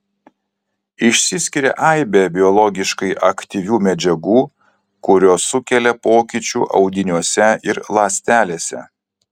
išsiskiria aibė biologiškai aktyvių medžiagų kurios sukelia pokyčių audiniuose ir ląstelėse